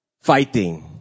Fighting